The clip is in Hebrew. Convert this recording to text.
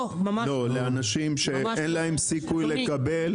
לא, לאנשים שאין להם סיכוי לקבל.